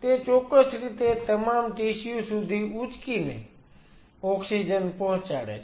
તે ચોક્કસ રીતે તમામ ટિશ્યુ સુધી ઊંચકીને ઓક્સિજન પહોચાડે છે